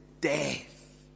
death